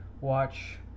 watch